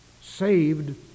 saved